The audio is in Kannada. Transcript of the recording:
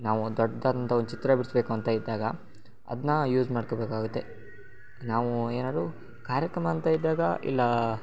ನಾವು ದೊಡ್ಡದಾದಂಥ ಒಂದು ಚಿತ್ರ ಬಿಡಿಸ್ಬೇಕು ಅಂತ ಇದ್ದಾಗ ಅದನ್ನ ಯೂಸ್ ಮಾಡ್ಕೋಬೇಕಾಗುತ್ತೆ ನಾವು ಏನಾದ್ರು ಕಾರ್ಯಕ್ರಮ ಅಂತ ಇದ್ದಾಗ ಇಲ್ಲ